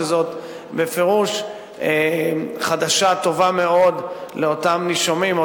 שזאת בפירוש חדשה טובה מאוד לאותם נישומים,